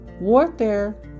warfare